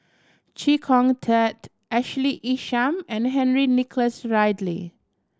Chee Kong Tet Ashley Isham and Henry Nicholas Ridley